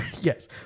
Yes